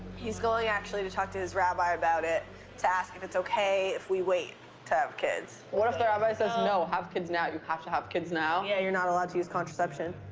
he's going actually to talk to his rabbi about it to ask if it's okay if we wait to have kids. what if the rabbi says no, have kids now? have to have kids now? yeah, you're not allowed to use contraception.